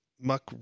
muck